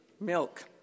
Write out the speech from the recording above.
Milk